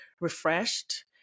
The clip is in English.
refreshed